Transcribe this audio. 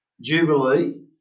Jubilee